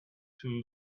two